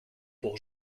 pour